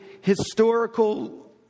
historical